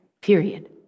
period